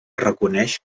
reconeix